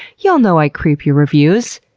y'all know i creep your reviews.